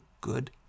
good